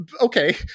Okay